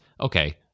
okay